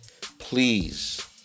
Please